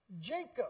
Jacob